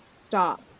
stop